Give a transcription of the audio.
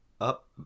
up